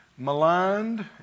maligned